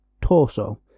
Torso